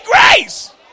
grace